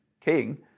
king